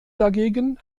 dagegen